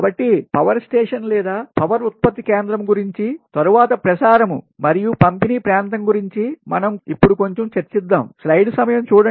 కాబట్టి power station లేదా power ఉత్పత్తి కేంద్రము గురించి తరువాత ప్రసారము ట్రాన్స్మిషన్ మరియు పంపిణీ ప్రాంతం గురించి మనం ఇప్పుడు కొంచెం చర్చిద్దాము